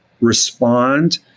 respond